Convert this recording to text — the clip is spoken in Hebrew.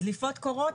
דליפות קורות,